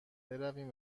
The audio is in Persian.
برویم